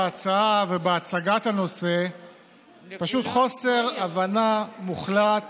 בהצעה ובהצגת הנושא פשוט חוסר הבנה מוחלט